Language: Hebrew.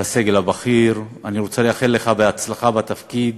והסגל הבכיר, אני רוצה לאחל לך הצלחה בתפקיד.